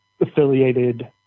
affiliated